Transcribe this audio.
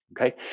Okay